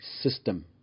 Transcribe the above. system